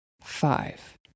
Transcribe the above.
five